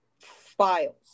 files